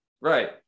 Right